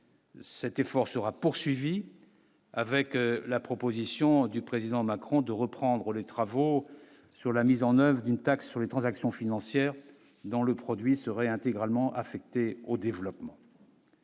cet effort sera poursuivi. Avec la proposition du président Macron de reprendre les travaux sur la mise en oeuvre d'une taxe sur les transactions financières dont le produit serait intégralement affectée au développement.